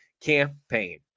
campaign